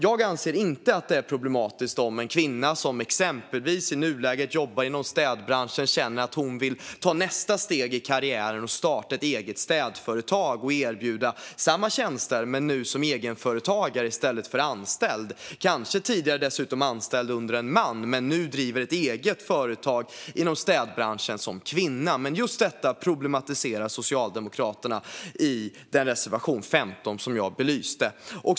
Jag anser inte att det är problematiskt om en kvinna som exempelvis i nuläget jobbar inom städbranschen känner att hon vill ta nästa steg i karriären och starta ett eget städföretag och erbjuda samma tjänster men nu som egenföretagare i stället för som anställd. Hon kanske dessutom tidigare har varit anställd av en man men nu driver ett eget företag inom städbranschen som kvinna. Men just detta problematiserar Socialdemokraterna i reservation 15 som jag belyste.